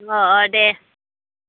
अ अ दे